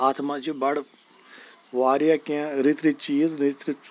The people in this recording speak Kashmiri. اَتھ منٛز چھِ بَڈٕ واریاہ کیٚنٛہہ رٕتۍ رٕتۍ چیٖز رٕژ رٕژ